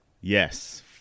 Yes